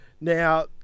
Now